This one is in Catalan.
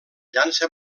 llança